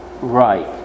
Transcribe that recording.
right